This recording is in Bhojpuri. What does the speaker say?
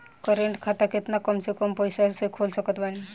करेंट खाता केतना कम से कम पईसा से खोल सकत बानी?